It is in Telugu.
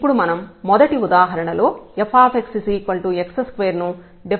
ఇప్పుడు మనం మొదటి ఉదాహరణలో fx2 ను డిఫరెన్ష్యబుల్ అని చూపిస్తాం